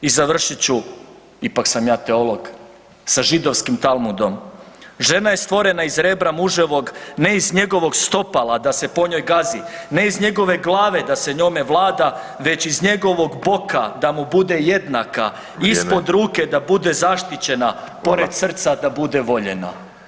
I završit ću, ipak sam ja teolog, sa židovskim Talmudom „Žena je stvorena iz rebra muževog, ne iz njegovog stopala da se po njoj gazi, ne iz njegove glave da se njome vlada već iz njegovog boka da mu bude jednaka, ispod ruke da bude zaštićena, pored srca da bude voljena.